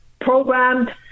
programmed